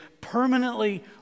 permanently